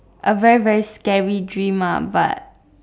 a very very scary dream lah but